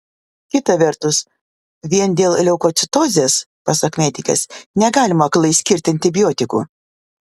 kita vertus vien dėl leukocitozės pasak medikės negalima aklai skirti antibiotikų